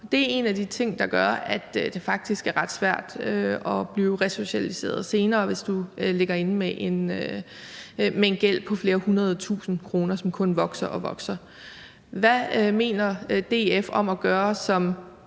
Det er en af de ting, der gør, at det faktisk er ret svært at blive resocialiseret senere, hvis du ligger inde med en gæld på flere hundrede tusinde kroner, som kun vokser og vokser. Hvad mener DF om at gøre, som